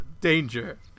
danger